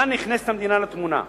כאן נכנסת המדינה לתמונה,